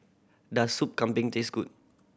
does Sup Kambing taste good